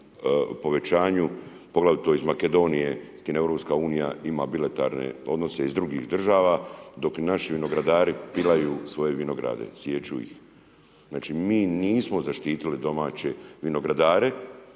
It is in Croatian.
povećanju poglavito iz Makedonije s kime EU ima bilateralne odnose iz drugih država dok naši vinogradari pilaju vinograde, sijeku ih. Znači mi nismo zaštitili domaće vinogradare